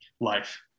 life